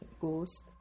Ghost